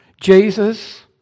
Jesus